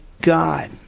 God